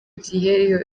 gihe